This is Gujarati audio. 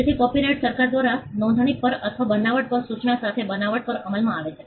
તેથી કોપિરાઇટ સરકાર દ્વારા નોંધણી પર અથવા બનાવટ પર સૂચના સાથે બનાવટ પર અમલમાં આવે છે